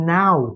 now